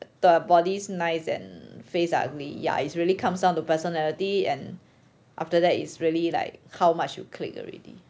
the body's nice and face are ugly ya it's really comes down to personality and after that it's really like how much you click already